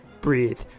breathe